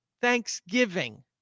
thanksgiving